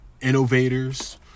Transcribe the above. innovators